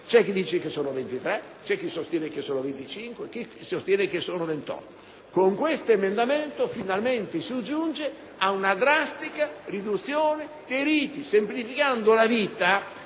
c'è chi dice che sono 23, chi sostiene che siano 25 e chi 28. Con questo provvedimento finalmente si giunge ad una drastica riduzione dei riti, semplificando la vita